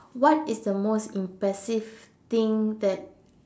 what is the most impressive thing that